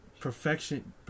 Perfection